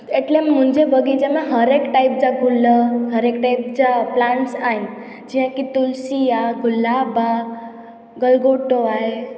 एटले मुंहिंजे बग़ीचे में हर हिकु टाइप जा गुल हर हिकु टाइप जा प्लाटंस आहिनि जीअं की तुलसी आहे गुलाब आ गलगोटो आहे